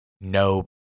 no